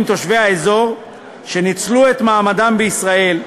תושבי האזור שניצלו את מעמדם בישראל,